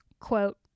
quote